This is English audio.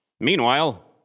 meanwhile